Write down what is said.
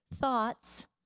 thoughts